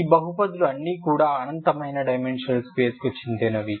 ఈ బహుపదులు అన్ని కూడా అనంతమైన డైమెన్షనల్ స్పేస్కు చెందినవి